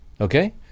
Okay